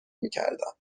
میکردم